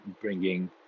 bringing